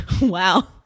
Wow